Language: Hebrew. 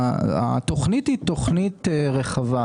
התוכנית רחבה,